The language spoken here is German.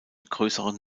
größeren